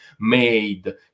made